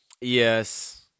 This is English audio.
Yes